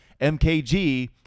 MKG